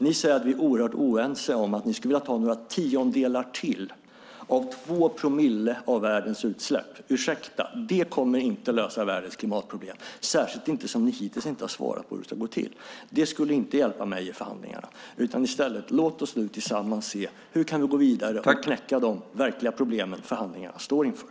Ni säger att vi är oerhört oense och att ni skulle vilja ta några tiondelar till av 2 promille av världens utsläpp. Ursäkta, men det kommer inte att lösa världens klimatproblem, särskilt inte som ni hittills inte har svarat på frågan om hur det ska gå till. Det skulle inte hjälpa mig i förhandlingarna. Låt oss nu i stället tillsammans se hur vi kan gå vidare och knäcka de verkliga problem som förhandlingarna står inför.